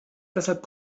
deshalb